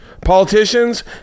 politicians